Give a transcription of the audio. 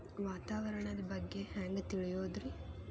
ವಾತಾವರಣದ ಬಗ್ಗೆ ಹ್ಯಾಂಗ್ ತಿಳಿಯೋದ್ರಿ?